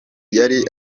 yari